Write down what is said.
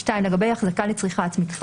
לגבי החזקה לצריכה עצמית,